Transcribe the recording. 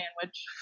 sandwich